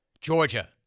Georgia